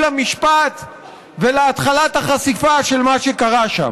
למשפט ולהתחלת החשיפה של מה שקרה שם.